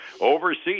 overseas